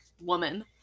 Woman